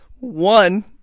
One